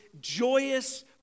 joyous